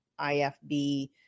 IFB